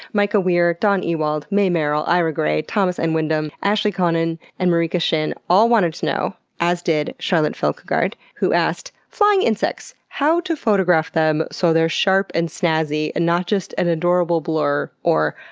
micah weir, dawn ewald, mae merrill, ira gray, thomas n wyndham, ashley konon, and mariko shinn all wanted to know, as did charlotte fjelkegard, who asked flying insects. how to photograph them so they're sharp and snazzy, and not just an adorable blur or,